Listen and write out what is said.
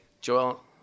Joel